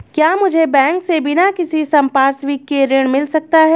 क्या मुझे बैंक से बिना किसी संपार्श्विक के ऋण मिल सकता है?